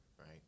right